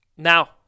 Now